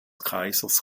kaisers